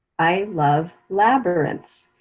i love labyrinths,